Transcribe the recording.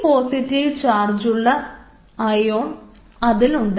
ഈ പോസിറ്റീവ് ചാർജുള്ള ആയോൺ അതിലുണ്ട്